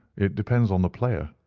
it depends on the player,